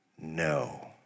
No